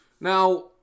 Now